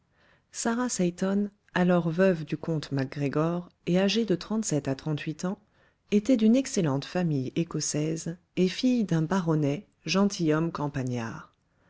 sarah seyton alors veuve du comte mac gregor et âgée de trente-sept à trente-huit ans était d'une excellente famille écossaise et fille d'un baronnet gentilhomme campagnard